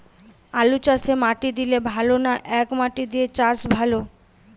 আলুচাষে মাটি দিলে ভালো না একমাটি দিয়ে চাষ ভালো?